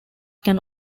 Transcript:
can